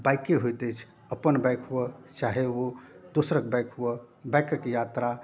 बाइके होइत अछि अपन बाइक हुअए चाहे ओ दोसरके बाइक हुअए बाइकके यात्रा